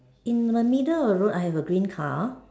in the middle of road I have a green car